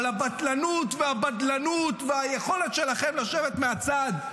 אבל הבטלנות והבדלנות והיכולת שלכם לשבת מהצד,